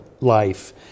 life